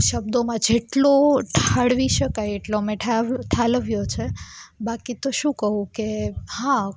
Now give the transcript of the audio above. શબ્દોમાં જેટલો ઢાળવી શકાય એટલો મેં ઠાલવ્યો છે બાકી તો શું કહું કે હા